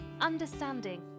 understanding